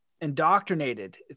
indoctrinated